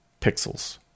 pixels